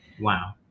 Wow